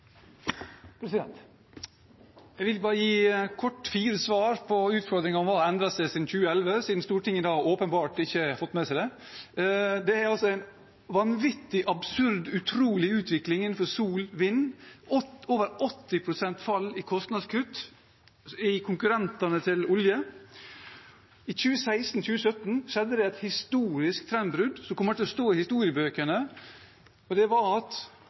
Jeg vil bare kort gi fire svar på utfordringen om hva som har endret seg siden 2011, siden Stortinget åpenbart ikke har fått med seg det. Det er altså en vanvittig, absurd, utrolig utvikling innenfor sol og vind – over 80 pst. kostnadskutt for konkurrentene til olje. I 2016–2017 skjedde det et historisk trendbrudd som kommer til å stå i historiebøkene, og det var at